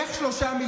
איך 3 מיליון,